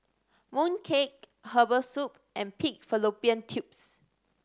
mooncake herbal soup and pig fallopian tubes